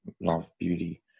love-beauty